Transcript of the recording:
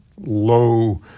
low